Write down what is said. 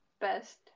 best